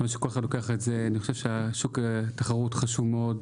אני חושב ששוק התחרות חשוב מאוד,